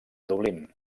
dublín